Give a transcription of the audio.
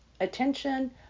attention